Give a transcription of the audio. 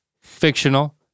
fictional